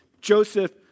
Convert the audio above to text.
Joseph